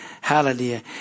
hallelujah